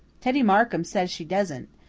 teddy markham says she doesn't.